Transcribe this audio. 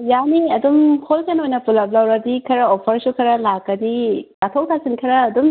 ꯌꯥꯅꯤ ꯑꯗꯨꯝ ꯍꯣꯜꯁꯦꯜ ꯑꯣꯏꯅ ꯄꯨꯂꯞ ꯂꯧꯔꯗꯤ ꯈꯔ ꯑꯣꯐꯔꯁꯨ ꯈꯔ ꯂꯥꯛꯀꯅꯤ ꯇꯥꯊꯣꯛ ꯇꯥꯁꯤꯟ ꯈꯔ ꯑꯗꯨꯝ